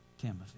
Timothy